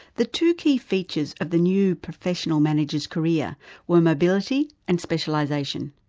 the two key features of the new professional manager's career were mobility and specialisation.